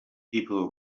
people